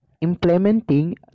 implementing